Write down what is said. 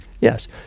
yes